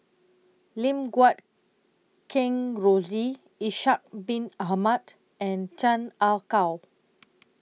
Lim Guat Kheng Rosie Ishak Bin Ahmad and Chan Ah Kow